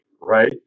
right